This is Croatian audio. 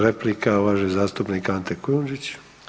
Replika uvaženi zastupnik Ante Kujundžić.